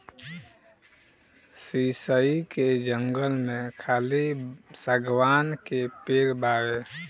शीशइ के जंगल में खाली शागवान के पेड़ बावे